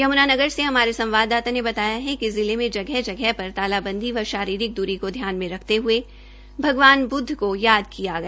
यमूनानगर से हमारे संवाददाता ने बताया कि जिले मे जगह जगह पर तालाबंदी व शारीरिक दूरी को ध्यान में रखते हये भगवान बुद्व को याद किया गया